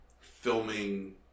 filming